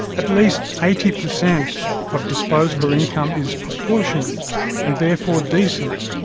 at least eighty percent of disposable income is proportionate and therefore decent,